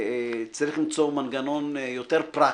צריך למצוא מנגנון יותר פרקטי,